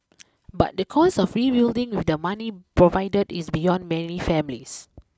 but the cost of rebuilding with the money provided is beyond many families